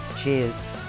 cheers